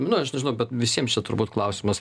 nu aš nežinau bet visiem čia turbūt klausimas